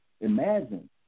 Imagine